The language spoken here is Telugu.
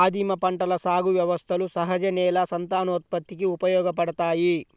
ఆదిమ పంటల సాగు వ్యవస్థలు సహజ నేల సంతానోత్పత్తికి ఉపయోగపడతాయి